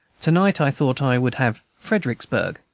to-night i thought i would have fredericksburg,